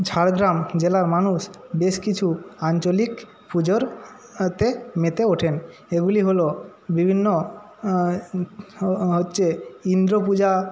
ঝাড়গ্রাম জেলার মানুষ বেশ কিছু আঞ্চলিক পুজোর সাথে মেতে ওঠেন এগুলি হল বিভিন্ন হচ্ছে ইন্দ্র পূজা